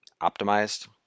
optimized